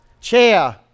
Chair